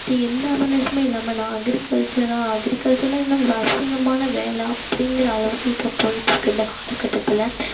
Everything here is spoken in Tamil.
அப்படி எந்த அவர்னஸும் இல்லாமல் நான் அக்ரிகல்ச்சரா அக்ரிகல்ச்சருனா என்ன ஒரு அசிங்கமான வேலை அப்டிங்கிற அளவுக்கு இப்போ போய்கிட்டு இருக்கு இந்த காலகட்டத்தில்